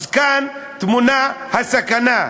כאן טמונה הסכנה.